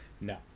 No